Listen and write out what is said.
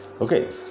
okay